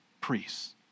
priests